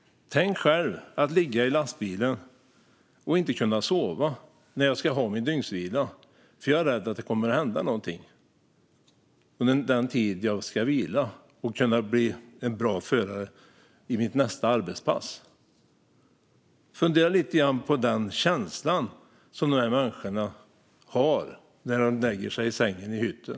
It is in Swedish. Tänk själv att ligga i lastbilen och inte kunna sova när jag ska ha min dygnsvila eftersom jag är rädd att det kommer att hända någonting under den tid jag ska vila för att kunna bli en bra förare i mitt nästa arbetspass. Fundera lite grann på den känsla som de här människorna har när de lägger sig i sängen i hytten!